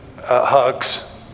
hugs